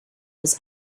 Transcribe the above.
was